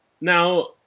Now